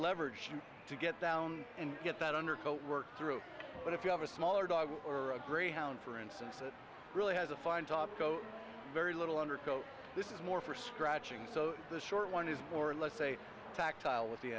leverage to get down and get that undercut work through but if you have a smaller dog or a greyhound for instance it really has a fine job so very little undercoat this is more for scratching so the short one is more or less a tactile with the